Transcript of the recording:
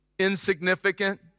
Insignificant